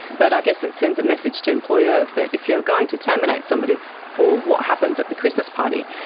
but i guess it sends a message to employers that if you're going to terminate somebody for what happens at the christmas party,